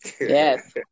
Yes